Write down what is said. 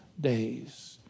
days